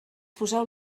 poseu